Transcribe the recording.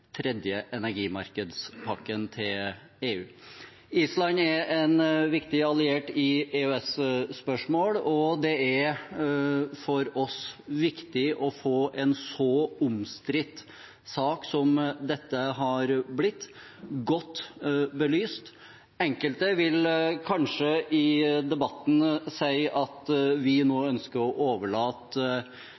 tredje energimarkedspakken til EU. Island er en viktig alliert i EØS-spørsmål, og det er viktig for oss å få en så omstridt sak som dette har blitt, godt belyst. Enkelte vil kanskje si i debatten at vi ønsker å overlate